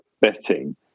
betting